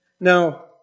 Now